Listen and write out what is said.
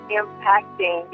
impacting